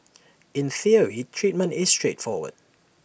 in theory treatment is straightforward